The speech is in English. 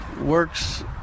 works